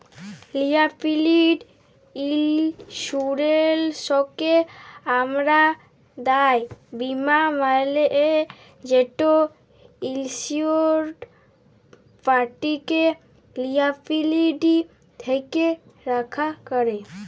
liability ইলসুরেলসকে আমরা দায় বীমা ব্যলি যেট ইলসিওরড পাটিকে লিয়াবিলিটি থ্যাকে রখ্যা ক্যরে